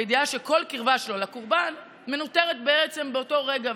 בידיעה שכל קרבה שלו לקורבן מנוטרת בעצם באותו רגע,